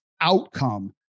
outcome